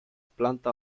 plantas